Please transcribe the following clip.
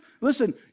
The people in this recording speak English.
listen